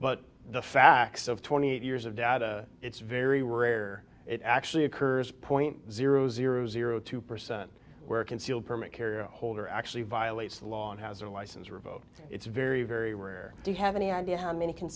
but the facts of twenty eight years of data it's very rare it actually occurs point zero zero zero two percent were concealed permit carrier holder actually violates the law and has a license revoked it's very very rare do you have any idea how many c